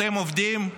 אתם עובדים,